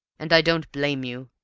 and i don't blame you.